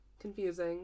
confusing